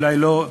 אולי לא,